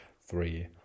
three